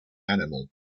animal